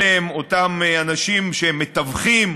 אלה הם אותם אנשים שמתווכים,